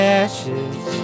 ashes